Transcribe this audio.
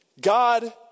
God